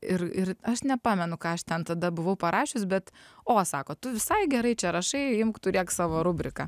ir ir aš nepamenu ką aš ten tada buvau parašius bet o sako tu visai gerai čia rašai imk turėk savo rubriką